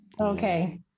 okay